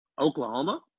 Oklahoma